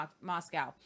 Moscow